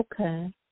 Okay